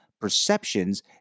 perceptions